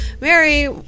Mary